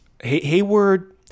hayward